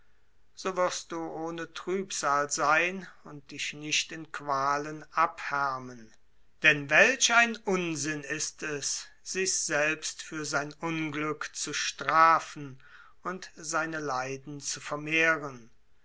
so wirst du ohne trübsal sein und dich nicht in qualen abhärmen denn welch ein unsinn ist es sich selbst für sein unglücklich zu strafen und seine leiden zu vermehren